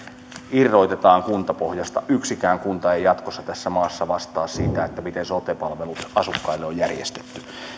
irrotetaan kuntapohjasta yksikään kunta ei jatkossa tässä maassa vastaa siitä miten sote palvelut asukkaille on järjestetty